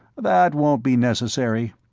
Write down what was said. that wouldn't be necessary.